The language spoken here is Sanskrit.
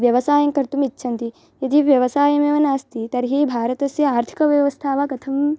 व्यवसायं कर्तुम् इच्छन्ति यदि व्यवसायमेव नास्ति तर्हि भारतस्य आर्थिकव्यवस्था वा कथं